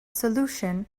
solution